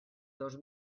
dos